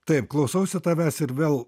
taip klausausi tavęs ir vėl